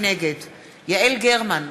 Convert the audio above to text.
נגד יעל גרמן,